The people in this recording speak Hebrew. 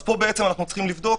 פה עלינו לבדוק